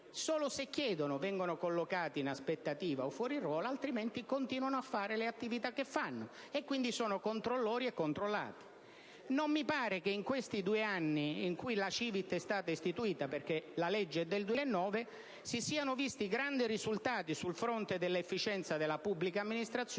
solo se lo chiedono vengono collocati in aspettativa o fuori ruolo, altrimenti continuano a svolgere le attività che svolgono, e sono quindi controllori e controllati. Non mi pare che in questi due anni trascorsi dall'istituzione della CiVIT (la legge è del 2009) si siano visti grandi risultati sul fronte dell'efficienza della pubblica amministrazione